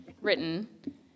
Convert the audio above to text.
written